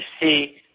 see